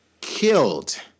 killed